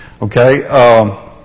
Okay